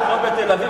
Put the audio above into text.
לפחות בתל-אביב,